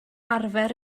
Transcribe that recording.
arfer